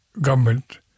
government